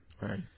Right